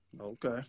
Okay